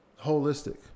holistic